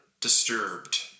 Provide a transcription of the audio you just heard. disturbed